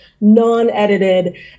non-edited